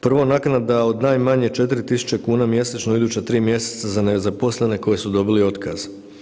Prvo naknada od najmanje 4.000 kuna mjesečno u iduća 3 mjeseca za nezaposlene koji su dobili otkaz.